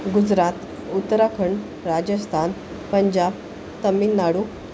Gujarat Uttarakhand Rajasthan Punjab Tamil Nadu